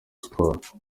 sports